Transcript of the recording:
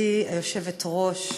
גברתי היושבת-ראש,